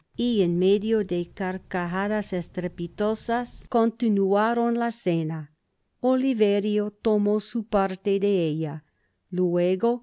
y en medio de carcajadas estrepitosas continuaron la cena oliverio tomó su parte de ella luego